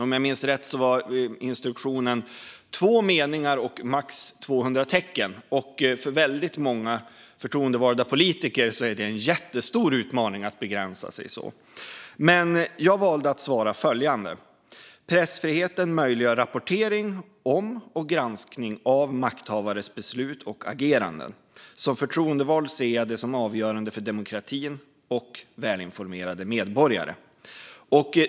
Om jag minns rätt gällde det två meningar och max 200 tecken. För många förtroendevalda politiker är det en jätteutmaning att begränsa sig så. Jag valde att svara följande: "Pressfriheten möjliggör rapportering om och granskning av makthavares beslut och ageranden. Som förtroendevald ser jag det som avgörande för demokratin och välinformerade medborgare."